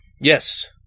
Yes